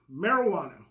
Marijuana